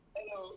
Hello